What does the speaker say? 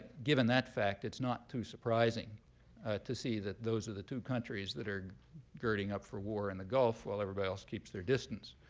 given that fact, it's not too surprising to see that those are the two countries that are girding up for war in the gulf while everybody else keeps their distance.